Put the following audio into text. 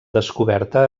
descoberta